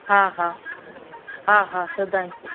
हा हा हा हा सदाईं